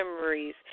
memories